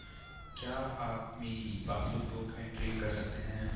क्या आप मेरी पासबुक बुक एंट्री कर सकते हैं?